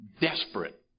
desperate